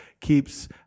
keeps